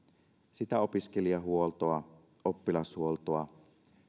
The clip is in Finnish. sitä opiskelijahuoltoa oppilashuoltoa